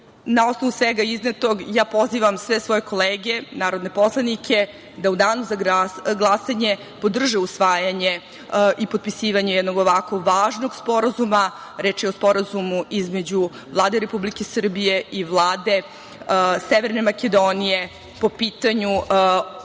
osnovu svega iznetog, ja pozivam sve svoje kolege narodne poslanike da u danu za glasanje podrže usvajanje i potpisivanje jednog ovako važnog sporazuma. Reč je o Sporazumu između Vlade Republike Srbije i Vlade Severne Makedonije po pitanju